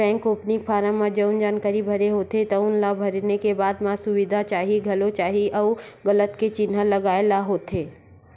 bank opening form म जउन जानकारी भरे के होथे तउन ल भरे के बाद म का का सुबिधा चाही म घलो सहीं अउ गलत के चिन्हा लगाए ल होथे